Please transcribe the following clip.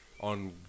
on